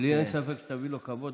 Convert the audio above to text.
לי אין ספק שתביא לו כבוד,